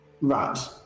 Right